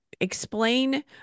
explain